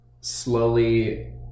slowly